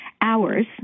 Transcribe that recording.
hours